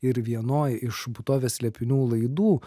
ir vienoj iš būtovės slėpinių laidų